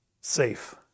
safe